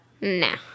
Nah